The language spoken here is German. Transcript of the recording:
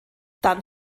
dann